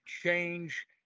change